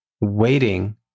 waiting